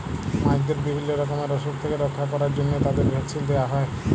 মাছদের বিভিল্য রকমের অসুখ থেক্যে রক্ষা ক্যরার জন্হে তাদের ভ্যাকসিল দেয়া হ্যয়ে